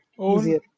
easier